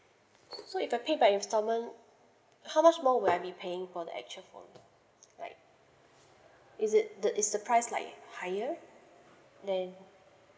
so if I pay by installment how much more would I be paying for the actual phone like is it the is the price like higher then